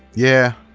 yeah.